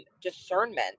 discernment